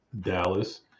Dallas